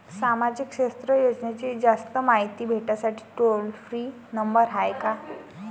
सामाजिक क्षेत्र योजनेची जास्त मायती भेटासाठी टोल फ्री नंबर हाय का?